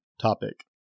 topic